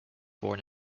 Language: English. born